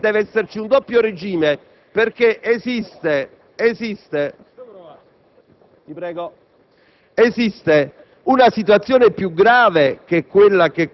quando dice che deve esserci un doppio regime perché esiste una situazione più grave,